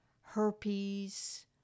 herpes